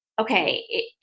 okay